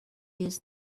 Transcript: used